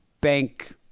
bank